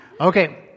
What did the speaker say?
Okay